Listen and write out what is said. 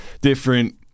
different